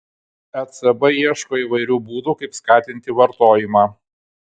ecb ieško įvairių būdų kaip skatinti vartojimą